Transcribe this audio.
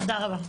תודה רבה.